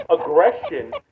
aggression